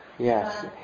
Yes